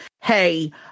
hey